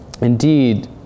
indeed